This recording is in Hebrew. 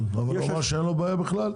אבל הוא אמר שאין לו בכלל בעיה.